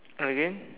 again